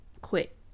quit